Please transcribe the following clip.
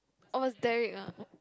oh is Derrick uh